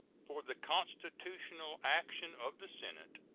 for the constitutional action of the senate,